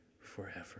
forever